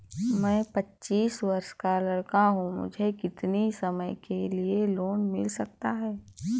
मैं पच्चीस वर्ष का लड़का हूँ मुझे कितनी समय के लिए लोन मिल सकता है?